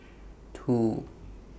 two